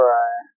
Right